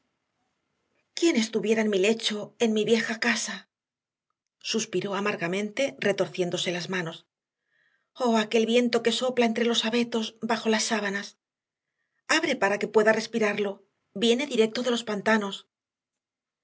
quién estuviera en mi lecho en mi vieja casa suspiró amargamente retorciéndose las manos oh aquel viento que sopla entre los abetos bajo las sábanas abre para que pueda respirarlo viene directo de los pantanos